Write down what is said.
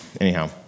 Anyhow